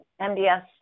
MDS